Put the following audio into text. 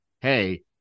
hey